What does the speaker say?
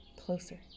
closer